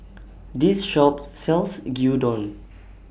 This Shop sells Gyudon